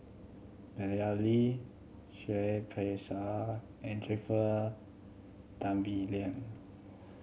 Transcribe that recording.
Madeleine Lee Seah Peck Seah and Jennifer Tan Bee Leng